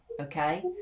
okay